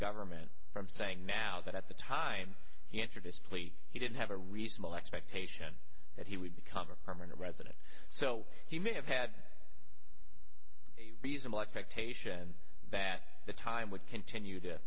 government from saying now that at the time he entered this plea he didn't have a reasonable expectation that he would become a permanent resident so he may have had a reasonable expectation that the time would continue to